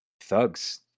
thugs